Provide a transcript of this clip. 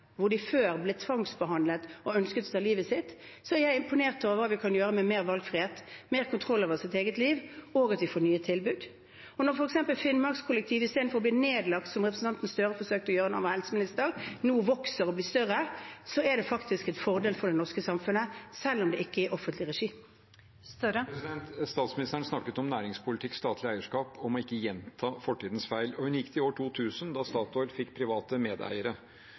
de før ble tvangsbehandlet og ønsket å ta livet sitt, er jeg imponert over hva vi kan gjøre med mer valgfrihet, mer kontroll over eget liv, og at man får nye tilbud. Og når f.eks. Finnmarkskollektivet – istedenfor å bli nedlagt, som representanten Gahr Støre forsøkte å gjøre da han var helseminister – nå vokser og blir større, er det faktisk en fordel for det norske samfunnet, selv om det ikke er i offentlig regi. Statsministeren snakket om næringspolitikk og statlig eierskap og om ikke å gjenta fortidens feil, og hun gikk til år 2000, da Statoil fikk private medeiere.